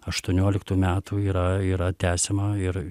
aštuonioliktų metų yra yra tęsiama ir